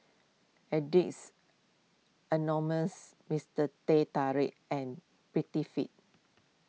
Addicts Anonymous Mister Teh Tarik and Prettyfit